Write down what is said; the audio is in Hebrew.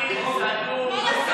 לעשות?